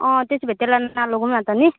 अँ त्यसो भए त्यसलाई नलगौँ न त नि